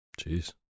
Jeez